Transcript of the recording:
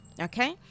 okay